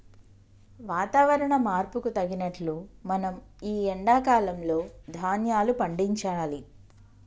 వాతవరణ మార్పుకు తగినట్లు మనం ఈ ఎండా కాలం లో ధ్యాన్యాలు పండించాలి